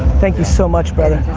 thank you so much, brother.